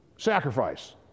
sacrifice